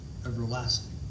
everlasting